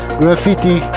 graffiti